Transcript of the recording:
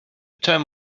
term